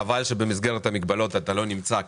חבל שבמסגרת המגבלות אתה לא נמצא כאן.